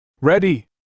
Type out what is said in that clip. Ready